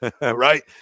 Right